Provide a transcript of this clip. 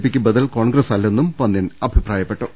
പിക്ക് ബദൽ കോൺഗ്രസല്ലെന്നും പന്ന്യൻ അഭിപ്രായപ്പെട്ടു